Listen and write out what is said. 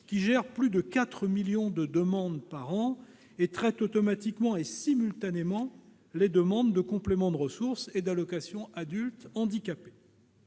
qui gèrent plus de 4 millions de demandes par an et traitent automatiquement et simultanément les demandes de complément de ressources et d'allocation aux adultes handicapés.